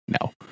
no